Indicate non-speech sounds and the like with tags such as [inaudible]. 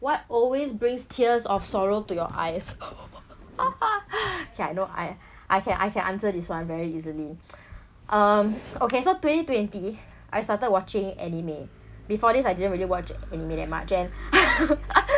what always brings tears of sorrow to your eyes [laughs] okay I know I I can I can answer this one very easily [noise] [breath] um okay so twenty twenty I started watching anime before this I didn't really watch anime that much and [laughs]